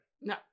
No